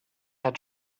had